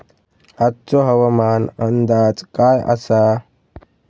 आजचो हवामान अंदाज काय आसा?